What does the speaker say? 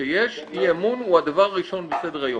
כשיש אי אמון, הוא הדבר הראשון בסדר-היום.